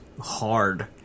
hard